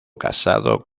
casado